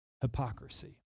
hypocrisy